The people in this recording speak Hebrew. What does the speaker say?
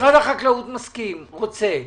משרד החקלאות מסכים, רוצה,